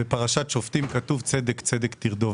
בפרשת שופטים כתוב: צדק-צדק תרדוף.